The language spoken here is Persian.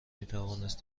میتوانست